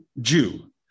Jew